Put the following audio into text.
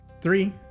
Three